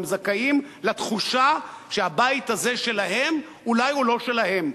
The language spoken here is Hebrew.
הם זכאים לתחושה שהבית הזה שלהם אולי הוא לא שלהם,